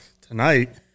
tonight